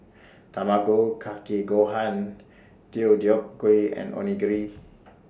Tamago Kake Gohan Deodeok Gui and Onigiri